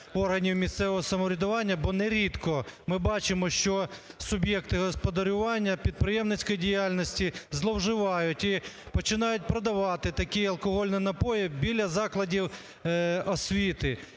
органів місцевого самоврядування, бо нерідко ми бачимо, що суб'єкти господарювання підприємницької діяльності зловживають і починають продавати такі алкогольні напої біля закладів освіти.